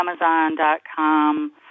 Amazon.com